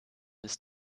ist